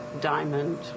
diamond